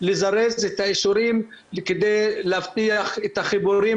לזרז את האישורים כדי להבטיח את החיבורים